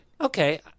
Okay